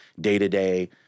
day-to-day